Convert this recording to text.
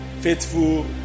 faithful